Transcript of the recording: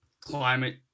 climate